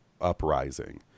Uprising